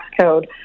code